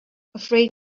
afraid